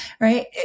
Right